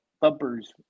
Bumpers